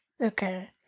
okay